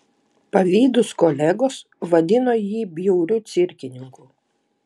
pavydūs kolegos vadino jį bjauriu cirkininku